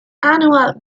annual